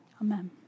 Amen